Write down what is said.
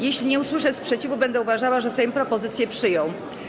Jeśli nie usłyszę sprzeciwu, będę uważała, że Sejm propozycje przyjął.